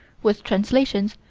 with translations,